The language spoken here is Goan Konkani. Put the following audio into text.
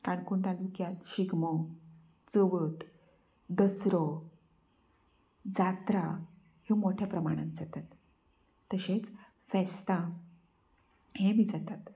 काणकोण तालुक्यात शिगमो चवथ दसरो जात्रा ह्यो मोठ्या प्रमाणांत जातात तशेंच फेस्तां हे बी जातात